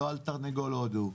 לא על "תרנגול הודו",